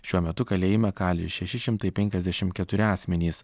šiuo metu kalėjime kali šeši šimtai penkiasdešim keturi asmenys